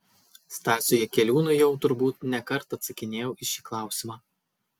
stasiui jakeliūnui jau turbūt ne kartą atsakinėjau į šį klausimą